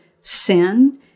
sin